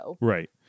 Right